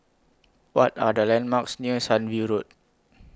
What Are The landmarks near Sunview Road